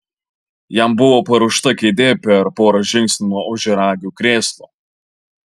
jam buvo paruošta kėdė per porą žingsnių nuo ožiaragio krėslo